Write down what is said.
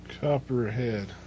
Copperhead